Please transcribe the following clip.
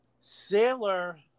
Sailor